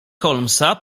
holmesa